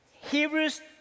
Hebrews